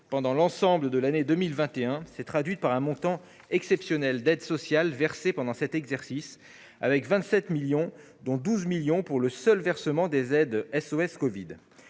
pendant l'ensemble de l'année 2021 s'est traduite par un montant exceptionnel d'aides sociales versées pendant cet exercice : 27 millions d'euros, dont 12 millions pour le seul versement des aides SOS covid.